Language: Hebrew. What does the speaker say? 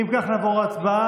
אם כך, נעבור להצבעה.